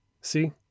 See